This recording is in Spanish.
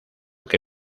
que